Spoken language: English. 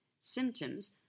symptoms